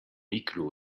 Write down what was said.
igloo